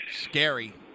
scary